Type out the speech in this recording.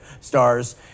stars